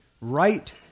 right